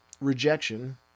rejection